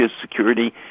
security